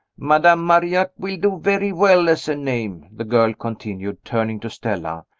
madame marillac will do very well as a name, the girl continued, turning to stella,